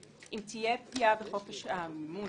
אם תהיה פגיעה בחופש המימון,